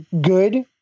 good